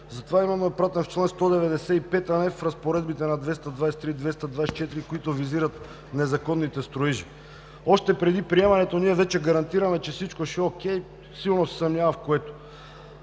Затова именно е пратен в чл. 195, а не в разпоредбите на чл. 223 и 224, които визират незаконните строежи. Още преди приемането ние вече гарантираме, че всичко ще е окей, в което силно се съмнявам.